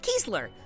Kiesler